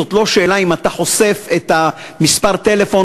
זאת לא שאלה אם אתה חושף את מספר הטלפון,